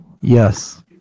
Yes